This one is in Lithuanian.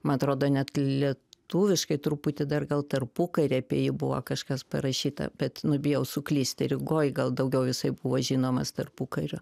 man atrodo net lietuviškai truputį dar gal tarpukary apie jį buvo kažkas parašyta bet nu bijau suklysti rygoj gal daugiau jisai buvo žinomas tarpukariu